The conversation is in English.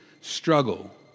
struggle